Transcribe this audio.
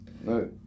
No